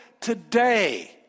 today